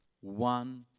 One